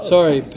Sorry